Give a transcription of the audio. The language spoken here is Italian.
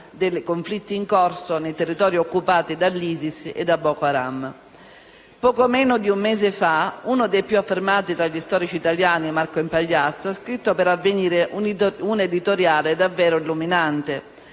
dei conflitti in corso nei territori occupati dall'ISIS e da Boko Haram. Poco meno di un mese fa uno dei più affermati storici italiani, Marco Impagliazzo, ha scritto per «Avvenire» un editoriale davvero illuminante.